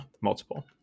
multiple